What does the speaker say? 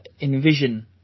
envision